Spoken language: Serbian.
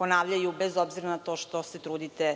ponavljaju, bez obzira na to što se trudite